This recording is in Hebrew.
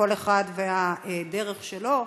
כל אחד והדרך שלו,